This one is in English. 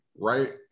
Right